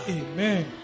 amen